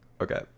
Okay